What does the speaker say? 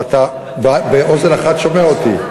אבל אתה באוזן אחת שומע אותי?